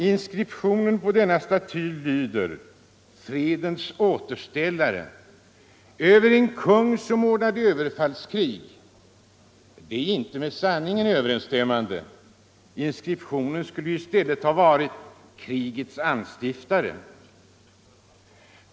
Inskriptionen på denna staty ”Fredens återställare” över en kung som ordnade överfallskrig är inte med sanningen överensstämmande. Inskriptionen skulle i stället ha varit ”Krigets anstiftare”.